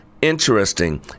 interesting